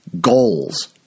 goals